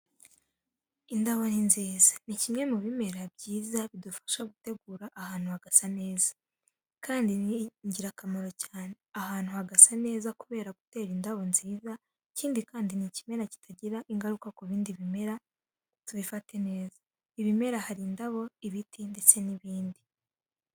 Indabo ni nziza, ni kimwe mu bimera byiza bidufasha gutegura ahantu hagasa neza, kandi ni ingirakamaro cyane. Ahantu hagasa neza kubera gutera indabo nziza, ikindi kandi ni ikimera kitagira ingaruka ku bindi bimera, tubifate neza. Ibimera hari indabo, ibiti ndetse n'ibindi.